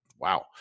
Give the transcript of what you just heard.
wow